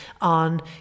on